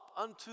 unto